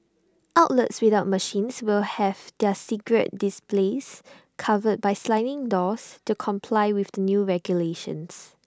outlets without machines will have their cigarette displays covered by sliding doors to comply with the new regulations